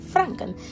Franken